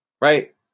right